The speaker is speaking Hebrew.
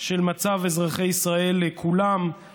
של מצב אזרחי ישראל כולם,